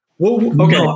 okay